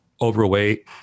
overweight